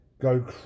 go